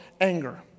anger